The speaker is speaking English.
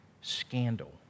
scandal